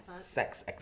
Sex